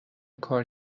کار